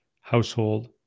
household